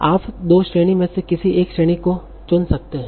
आप दो श्रेणी में से किसी एक श्रेणी को चुन रहे हैं